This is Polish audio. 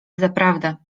zaprawdę